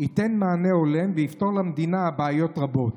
ייתן מענה הולם ויפתור למדינה בעיות רבות.